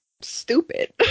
stupid